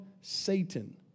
Satan